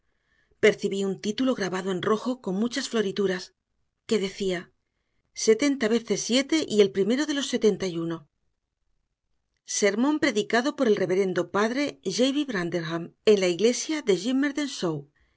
percibí un título grabado en rojo con muchas florituras que decía setenta veces siete y el primero de los setenta y uno sermón predicado por el reverendo padre jabes branderham en la iglesia de